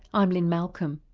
i'm lynne malcolm.